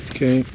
Okay